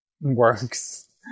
works